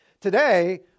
Today